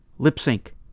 Lip-sync